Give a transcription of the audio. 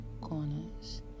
corners